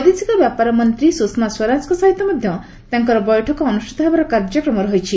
ବୈଦେଶିକ ବ୍ୟାପାର ମନ୍ତ୍ରୀ ସୁଷମା ସ୍ୱରାଜଙ୍କ ସହିତ ମଧ୍ୟ ତାଙ୍କର ବୈଠକ ଅନୁଷ୍ଠିତ ହେବାର କାର୍ଯ୍ୟକ୍ରମ ରହିଛି